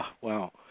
wow